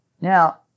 Now